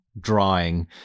drawing